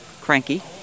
cranky